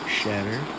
shatter